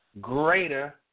greater